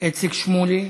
איציק שמולי,